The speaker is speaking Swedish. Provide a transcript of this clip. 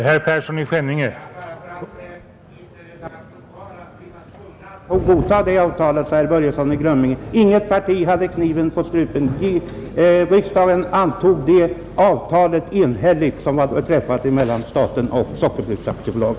Herr talman! Bara för att det inte skall få stå oemotsagt att man var tvungen att godta det där avtalet, herr Börjesson i Glömminge, vill jag säga att inget parti hade kniven på strupen, Riksdagen antog enhälligt det avtal som träffades mellan staten och Sockerfabriks AB.